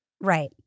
Right